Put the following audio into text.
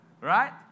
Right